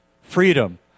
freedom